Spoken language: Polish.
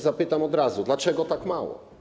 Zapytam od razu: Dlaczego tak mało?